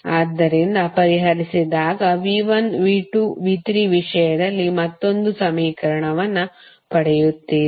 ಆದ್ದರಿಂದ ಪರಿಹರಿಸಿದಾಗ V1V2V3 ವಿಷಯದಲ್ಲಿ ಮತ್ತೊಂದು ಸಮೀಕರಣವನ್ನು ಪಡೆಯುತ್ತೀರಿ